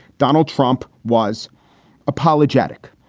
donald trump was apologetic.